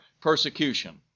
persecution